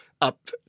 up